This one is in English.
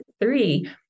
three